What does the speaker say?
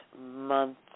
month